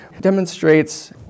demonstrates